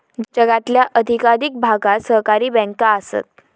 जगातल्या अधिकाधिक भागात सहकारी बँका आसत